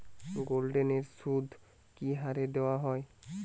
গোল্ডলোনের সুদ কি হারে দেওয়া হয়?